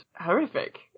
horrific